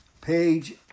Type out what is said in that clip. page